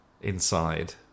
inside